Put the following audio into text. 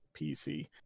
pc